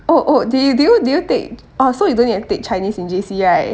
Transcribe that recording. oh oh did you did you did you take oh so you don't need to take chinese in J_C right